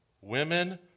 Women